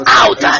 out